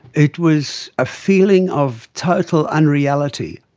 it was a feeling of total unreality.